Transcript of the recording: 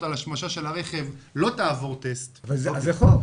על השמשה לא תעבור טסט --- אבל זה חוק,